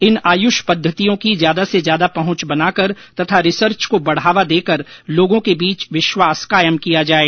इन आयुष पद्धतियों की ज्यादा से ज्यादा पहुंच बनाकर तथा रिसर्च को बढ़ावा देकर लोगों के बीच विश्वास कायम किया जाए